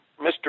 Mr